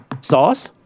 Sauce